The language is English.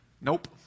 Nope